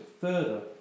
further